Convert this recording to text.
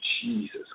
Jesus